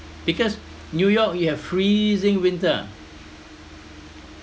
because new york you have freezing winter